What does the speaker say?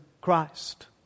Christ